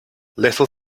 little